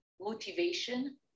motivation